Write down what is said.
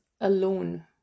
alone